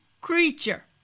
creature